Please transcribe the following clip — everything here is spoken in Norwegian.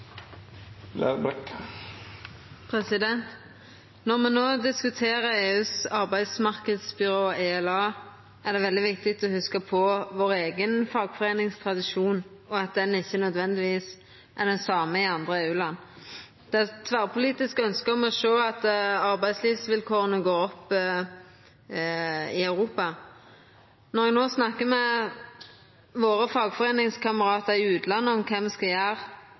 til. Når me no diskuterer EUs arbeidsmarknadsbyrå, ELA, er det veldig viktig å hugsa på vår eigen fagforeiningstradisjon, og at den ikkje nødvendigvis er den same i andre EU-land. Det er tverrpolitisk ønske om å sjå at arbeidslivsvilkåra vert betre i Europa. Når me no snakkar med våre fagforeiningskameratar i utlandet om kva me skal